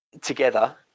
together